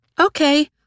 Okay